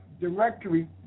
directory